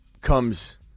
comes